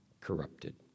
corrupted